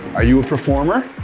are you a performer?